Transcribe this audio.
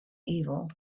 evil